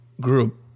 group